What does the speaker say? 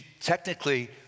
technically